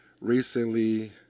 recently